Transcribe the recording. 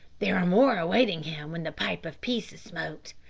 there are more awaiting him when the pipe of peace is smoked.